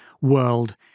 world